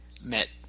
met